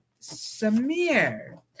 samir